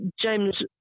James